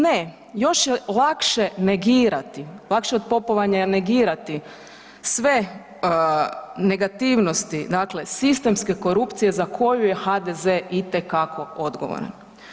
Ne, još je lakše negirati, lakše od popovanja je negirati sve negativnosti sistemske korupcije za koju je HDZ itekako odgovoran.